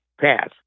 pass